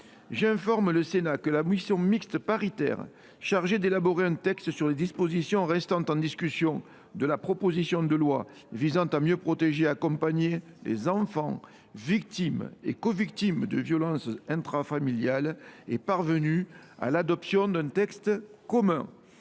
J’informe le Sénat que la commission mixte paritaire chargée d’élaborer un texte sur les dispositions restant en discussion de la proposition de loi visant à mieux protéger et à accompagner les enfants victimes et covictimes de violences intrafamiliales est parvenue à l’adoption d’un texte commun.